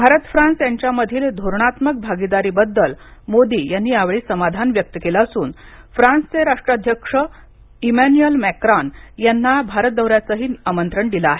Bharat France यांच्यामधील धोरणात्मक भागीदारीबद्दल मोदी यांनी समाधान व्यक्त केलं असून फ्रान्सचे राष्ट्राध्यक्ष इमॅन्युएल मॅक्रान यांना भारत दौऱ्याचं आमंत्रणही दिलं आहे